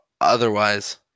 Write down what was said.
Otherwise